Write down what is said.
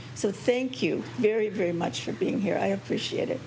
so thank you very very much for being here i appreciate it